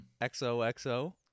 XOXO